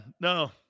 no